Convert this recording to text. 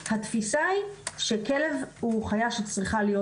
התפיסה היא שכלב הוא חיה שצריכה להיות